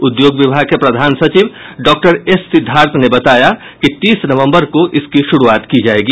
उद्योग विभाग के प्रधान सचिव डॉक्टर एस सिद्धार्थ ने बताया कि तीस नवबंर को इसकी शुरूआत की जायेगी